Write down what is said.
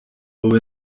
wowe